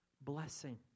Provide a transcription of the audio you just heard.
blessing